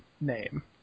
name